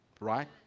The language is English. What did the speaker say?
Right